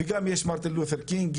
וגם יש מרטין לותר קינג,